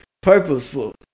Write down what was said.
purposeful